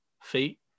Feet